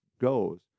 goes